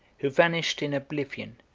who vanished in oblivion,